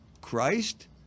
christ